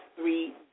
three